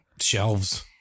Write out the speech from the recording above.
shelves